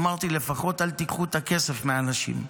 אמרתי: לפחות אל תיקחו את הכסף מאנשים.